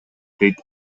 дейт